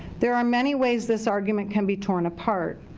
there are many ways this argument can be torn apart.